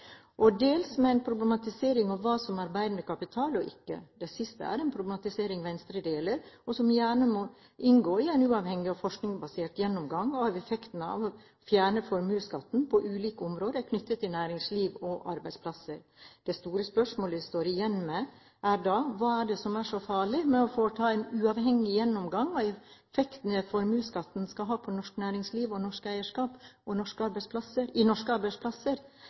og dels med en problematisering av hva som er arbeidende kapital, og ikke. Det siste er en problematisering Venstre deler, og som gjerne må inngå i en uavhengig og forskningsbasert gjennomgang av effektene av å fjerne formuesskatten på ulike områder, knyttet til næringsliv og arbeidsplasser. Det store spørsmålet vi står igjen med, er da: Hva er det som er så farlig med å foreta en uavhengig gjennomgang av effektene formuesskatten har på norsk næringsliv og norsk eierskap på norske arbeidsplasser?